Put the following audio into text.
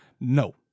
no